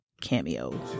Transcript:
Cameo